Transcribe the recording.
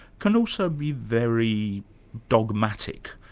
can also be very dogmatic.